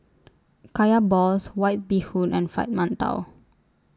Kaya Balls White Bee Hoon and Fried mantou